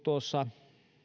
tuossa